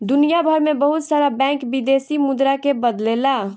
दुनियभर में बहुत सारा बैंक विदेशी मुद्रा के बदलेला